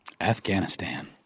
Afghanistan